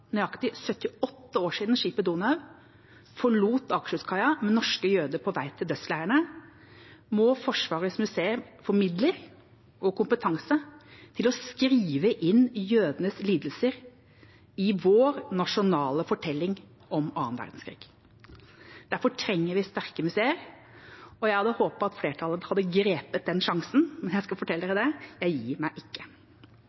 nøyaktig 78 år siden skipet «Donau» forlot Akershus-kaia med norske jøder på vei til dødsleirene, må Forsvarets museer få midler og kompetanse til å skrive inn jødenes lidelser i vår nasjonale fortelling om annen verdenskrig. Derfor trenger vi sterkere museer. Jeg hadde håpet at flertallet hadde grepet den sjansen. Men jeg skal fortelle